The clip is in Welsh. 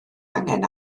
angen